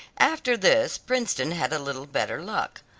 after this princeton had a little better luck.